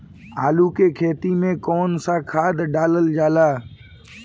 आलू के खेती में कवन सा खाद डालल जाला?